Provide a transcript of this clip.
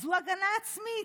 זאת הגנה עצמית.